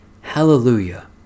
Hallelujah